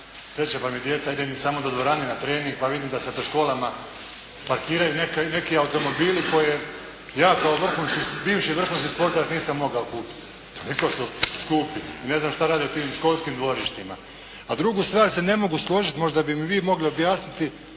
sreća pa mi djeca idu samo do dvorane na trening pa vidim da se po školama parkiraju neki automobili koje ja kao bivši vrhunski sportaš nisam mogao kupiti. Jako su skupi i ne znam šta rade u školskim dvorištima. A drugu stvar se ne mogu složiti. Možda bi mi vi mogli objasniti